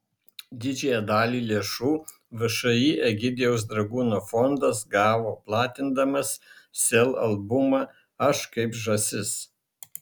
didžiąją dalį lėšų všį egidijaus dragūno fondas gavo platindamas sel albumą aš kaip žąsis